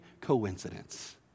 coincidence